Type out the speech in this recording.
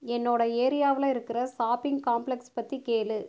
என்னோட ஏரியாவில் இருக்கிற ஷாப்பிங் காம்ப்ளக்ஸ் பற்றி கேள்